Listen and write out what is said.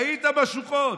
היית בשוחות.